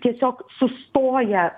tiesiog sustoję